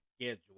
schedule